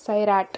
Sairat